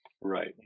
right